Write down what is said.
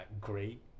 great